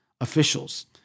officials